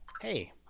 Hey